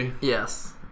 Yes